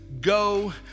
go